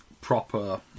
proper